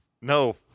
No